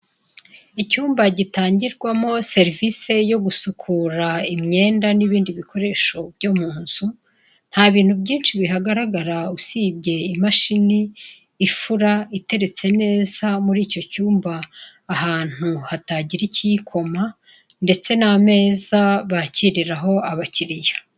Icyumba gitangirwamo serivise yo gusukura imyenda n'ibindi bikoresho byo mu nzu, nta bintu byinshi bihagaragara usibye imashini ifura iteretse neza muri icyo cyumba ahantu hatagira ikiyikoma ndetse n'ameza bakiriraho abakiriya.